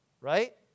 right